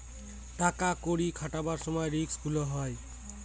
টাকা কড়ি খাটাবার সময় রিস্ক গুলো হয়